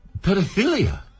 pedophilia